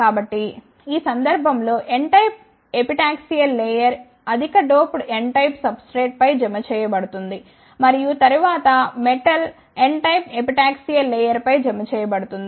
కాబట్టి ఈ సందర్భం లో n టైప్ ఎపిటాక్సియల్ లేయర్ అధిక doped N type substrate పై జమ చేయ బడుతుంది మరియు తరువాత metal N type epitaxial layer పై జమ చేయ బడుతుంది